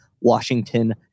Washington